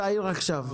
תעיר עכשיו.